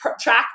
track